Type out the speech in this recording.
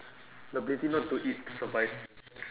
the ability not to eat to survive